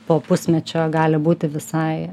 po pusmečio gali būti visai